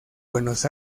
buenos